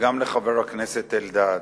וגם לחבר הכנסת אלדד,